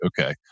okay